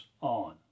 on